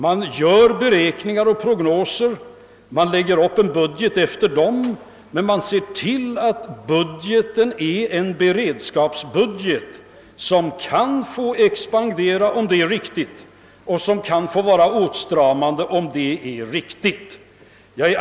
Man gör beräkningar och prognoser och lägger upp en budget efter dem, men man ser till att budgeten är en beredskapsbudget som kan få expandera om det är riktigt och som kan få verka åtstramande om det är riktigt.